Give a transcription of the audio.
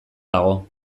dago